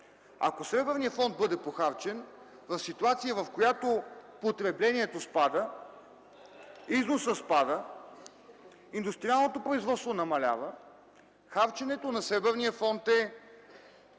Ако Сребърният фонд бъде похарчен в ситуация, в която потреблението спада, износът спада, индустриалното производство намалява, харченето на Сребърния фонд е